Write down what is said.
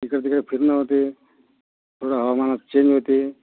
इकडे तिकडे फिरनं होते थोडं हवामानात चेंज होते